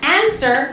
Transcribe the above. answer